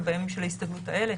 ובימים של ההסתגלות האלה,